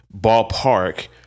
ballpark